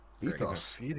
ethos